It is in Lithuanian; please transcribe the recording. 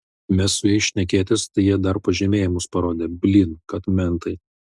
mes su jais šnekėtis tai jie dar pažymejimus parodė blyn kad mentai